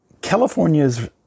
California's